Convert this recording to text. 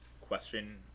question